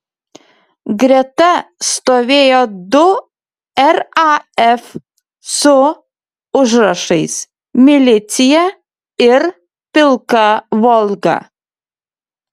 greta stovėjo du raf su užrašais milicija ir pilka volga